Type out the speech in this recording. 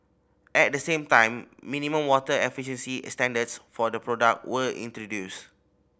at the same time minimum water efficiency standards for the product were introduced